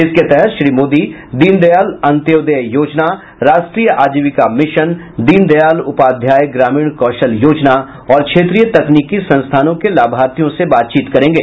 इसके तहत श्री मोदी दीनदयाल अंत्योदय योजना राष्ट्रीय आजीविका मिशन दीनदयाल उपाध्याय ग्रामीण कौशल योजना और क्षेत्रीय तकनीकी संस्थानों के लाभार्थियों से बातचीत करेंगे